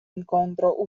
incontro